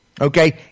Okay